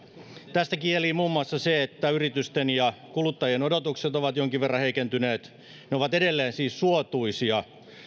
tästä kielii muun muassa se että yritysten ja kuluttajien odotukset ovat jonkin verran heikentyneet ne ovat edelleen siis suotuisia